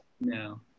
no